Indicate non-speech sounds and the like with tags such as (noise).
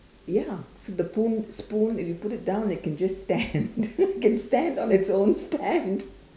ya the spoon spoon if you put it down it can just stand (laughs) it can stand on its own stand (laughs)